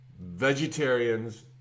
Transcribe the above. Vegetarians